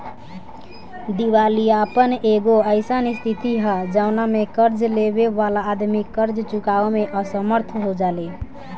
दिवालियापन एगो अईसन स्थिति ह जवना में कर्ज लेबे वाला आदमी कर्ज चुकावे में असमर्थ हो जाले